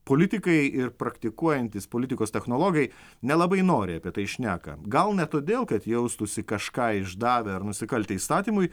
politikai ir praktikuojantys politikos technologai nelabai noriai apie tai šneka gal ne todėl kad jaustųsi kažką išdavę ar nusikaltę įstatymui